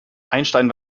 einstein